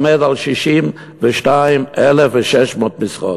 עומד על 62,600 משרות.